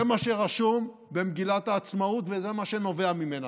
זה מה שרשום במגילת העצמאות וזה מה שנובע ממנה: